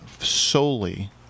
solely